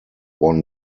won